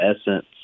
essence